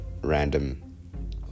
random